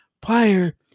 prior